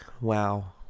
Wow